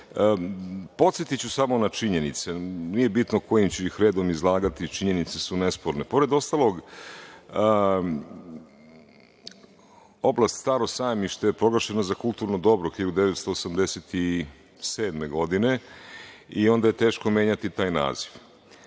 stavove. Podsetiću samo na činjenice, nije bitno kojim ću ih redom izlagati, činjenice su nesporne. Pored ostalog, oblast Staro sajmište je proglašeno za kulturno dobro 1987. godine i onda je teško menjati taj